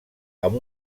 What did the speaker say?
amb